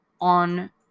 on